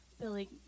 Billy